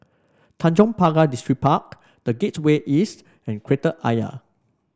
Tanjong Pagar Distripark The Gateway East and Kreta Ayer